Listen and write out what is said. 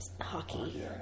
hockey